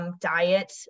diet